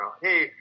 hey